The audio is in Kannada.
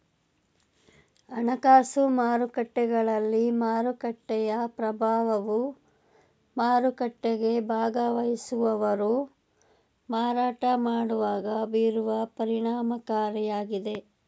ಹಣಕಾಸು ಮಾರುಕಟ್ಟೆಗಳಲ್ಲಿ ಮಾರುಕಟ್ಟೆಯ ಪ್ರಭಾವವು ಮಾರುಕಟ್ಟೆಗೆ ಭಾಗವಹಿಸುವವರು ಮಾರಾಟ ಮಾಡುವಾಗ ಬೀರುವ ಪರಿಣಾಮಕಾರಿಯಾಗಿದೆ